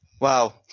Wow